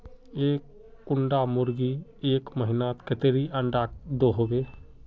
एक कुंडा मुर्गी एक महीनात कतेरी अंडा दो होबे?